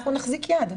אנחנו נחזיק יד.